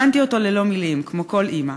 הבנתי אותו ללא מילים, כמו כל אימא.